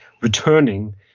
returning